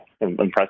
impressive